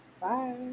Bye